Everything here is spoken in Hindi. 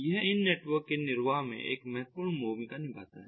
यह इन नेटवर्क के निर्वाह में एक महत्वपूर्ण भूमिका निभाता है